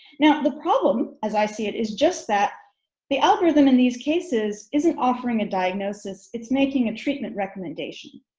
now the problem as i see it is just that the algorithm in these cases isn't offering a diagnosis, it's making a treatment recommendation,